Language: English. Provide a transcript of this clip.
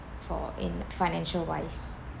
for in financial wise